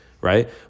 Right